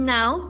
Now